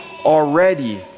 already